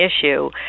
issue